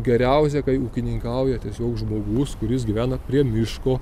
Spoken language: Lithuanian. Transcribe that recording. geriausia kai ūkininkauja tiesiog žmogus kuris gyvena prie miško